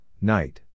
night